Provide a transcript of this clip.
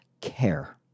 care